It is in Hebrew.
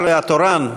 השר התורן,